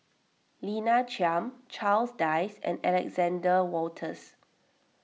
Lina Chiam Charles Dyce and Alexander Wolters